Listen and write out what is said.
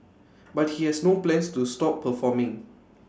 but he has no plans to stop performing